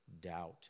doubt